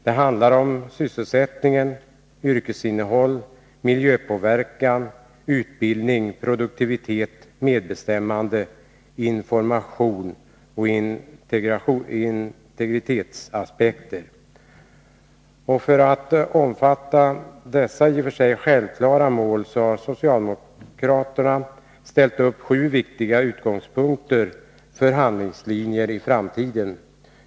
Det handlar om sysselsättning, yrkesinnehåll, miljöpåverkan, utbildning, produktivitet, medbestämmande, information och integritetsaspekter. För att uppnå dessa i och för sig självklara mål har socialdemokraterna ställt upp sju viktiga utgångspunkter för handlingslinjer i framtiden.